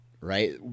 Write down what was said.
right